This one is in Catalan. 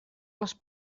les